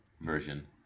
version